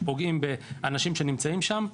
כי עלולים לפגוע באנשים שנמצאים שם,